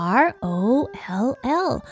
roll